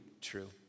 true